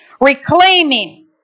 reclaiming